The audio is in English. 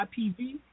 IPV